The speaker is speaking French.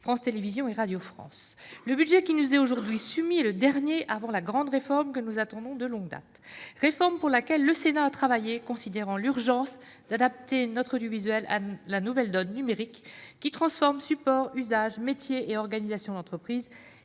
France Télévisions et Radio France. Le budget qui nous est aujourd'hui soumis est le dernier avant la grande réforme que nous attendons de longue date, réforme pour laquelle le Sénat a travaillé, considérant l'urgence d'adapter notre audiovisuel à la nouvelle donne numérique qui transforme les supports, les usages, les métiers, les organisations d'entreprise